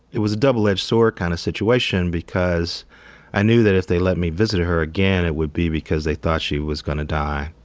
it was a double-edged-sword kinda kind of situation because i knew that if they let me visit her again, it would be because they thought she was gonna die.